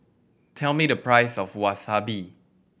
tell me the price of Wasabi